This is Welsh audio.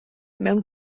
mewn